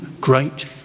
great